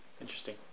Interesting